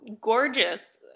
gorgeous